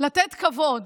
לתת כבוד,